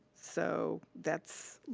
so that's,